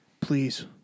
Please